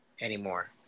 anymore